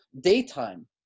daytime